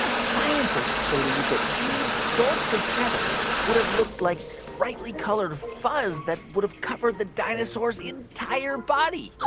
yeah scientists believe that these sorts of feathers would have looked like brightly colored fuzz that would've covered the dinosaur's entire body